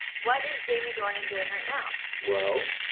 what is jamie dornan doing right now? well,